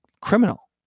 criminal